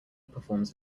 performs